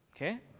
Okay